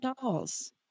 dolls